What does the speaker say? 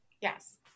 Yes